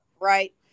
right